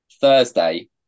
Thursday